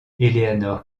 eleanor